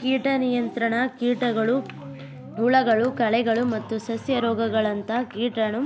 ಕೀಟ ನಿಯಂತ್ರಣ ಕೀಟಗಳು ಹುಳಗಳು ಕಳೆಗಳು ಮತ್ತು ಸಸ್ಯ ರೋಗಗಳಂತ ಕೀಟನ